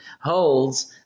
holds